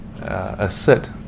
assert